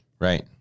Right